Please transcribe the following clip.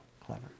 clever